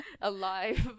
alive